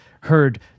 heard